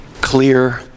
clear